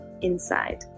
inside